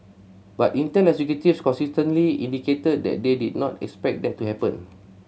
but Intel executives consistently indicated that they did not expect that to happen